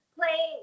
play